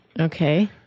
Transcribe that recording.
Okay